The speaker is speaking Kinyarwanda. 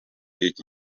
iki